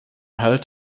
held